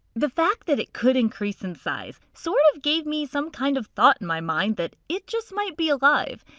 the fact that it could increase in size sort of gave me some kind of thought in my mind that it just might be alive.